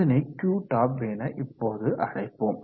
அதனை Qtop என இப்போது அழைப்போம்